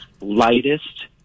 lightest